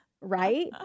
Right